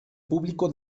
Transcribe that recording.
público